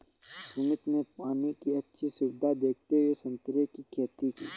सुमित ने पानी की अच्छी सुविधा देखते हुए संतरे की खेती की